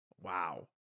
Wow